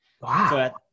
Wow